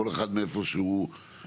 כל אחד מאיפה שהוא הגיע.